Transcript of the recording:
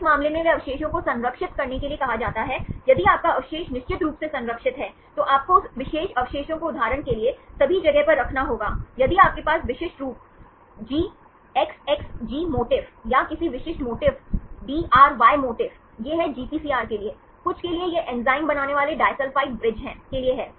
इस मामले में वे अवशेषों को संरक्षित करने के लिए कहा जाता है यदि आपका अवशेष निश्चित रूप से संरक्षित है तो आपको उस विशेष अवशेषों को उदाहरण के लिए सभी जगह पर रखना होगा यदि आपके पास विशिष्ट रूप GXXG मोटिफ या किसी विशिष्ट मोटिफ DRY मोटिफ यह है जीपीसीआर के लिए कुछ के लिए यह एंजाइम बनाने वाले एक डाइसल्फ़ाइड ब्रिज के लिए है